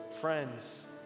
Friends